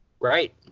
Right